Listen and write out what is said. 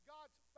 God's